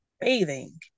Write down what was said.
bathing